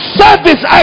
service